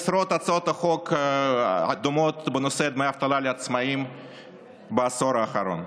כמו עשרות הצעות חוק דומות בנושא דמי אבטלה לעצמאים בעשור האחרון.